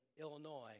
Illinois